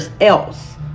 else